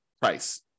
price